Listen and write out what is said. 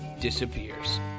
disappears